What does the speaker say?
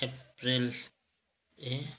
April ए